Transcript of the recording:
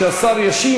כשהשר ישיב,